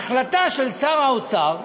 החלטה של שר האוצר,